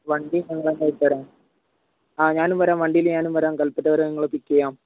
വണ്ടി ഞങ്ങൾ തന്നെ എടുത്ത് തരാം ആ ഞാനും വരാം വണ്ടിയിൽ ഞാനും വരാം കല്പറ്റവരെ നിങ്ങളെ പിക്ക് ചെയ്യാം